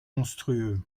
monstrueux